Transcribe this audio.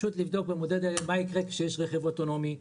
לבדוק מה יקרה כשיש רכב אוטונומי,